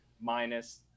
minus